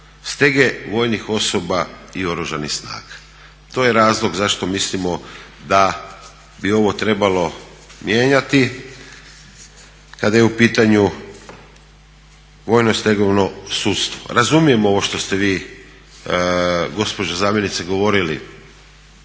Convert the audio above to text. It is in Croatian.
stege vojnih osoba i Oružanih snaga. To je razlog zašto mislimo da bi ovo trebalo mijenjati kada je u pitanju vojno stegovno sudstvo. Razumijem ovo što ste vi gospođo zamjenice govorili